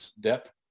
depth